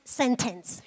sentence